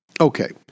Okay